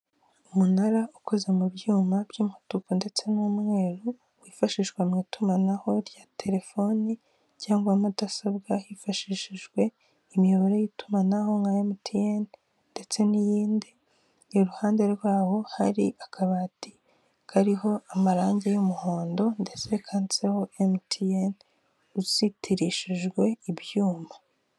Umunara ukoze mu byuma by'umutuku ndetse n'umweru, wifashishwa mu itumanaho rya terefoni, cyangwa mudasobwa hifashishijwe imiyobore y'itumanaho nka emutiyene ndetse n'iyindi, iruhande rwawo hari akabati kariho amarangi y'umuhondo ndetse kanditseho emutiyene, uzitirishijwe ibyuma.